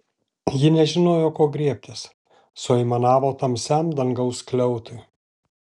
ji nežinojo ko griebtis suaimanavo tamsiam dangaus skliautui